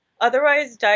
otherwise